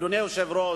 אדוני היושב-ראש,